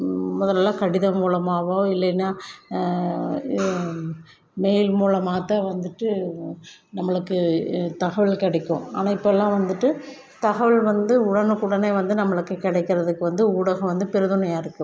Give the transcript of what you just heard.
முதலெல்லாம் கடிதம் மூலமாகவோ இல்லைன்னா மெயில் மூலமாக தான் வந்துட்டு நம்மளுக்கு தகவல் கிடைக்கும் ஆனால் இப்போல்லாம் வந்துட்டு தகவல் வந்து உடனுக்குடனே வந்து நம்மளுக்கு கிடைக்கிறதுக்கு வந்து ஊடகம் வந்து பெரும் துணையாக இருக்குது